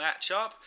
matchup